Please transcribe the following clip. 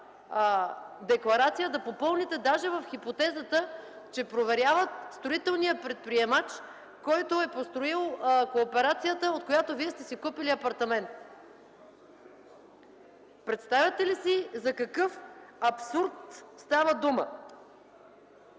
декларация, даже в хипотезата, че проверяват строителния предприемач, който е построил кооперацията, от която Вие сте си купили апартамент. Представяте ли си за какъв абсурд става дума?!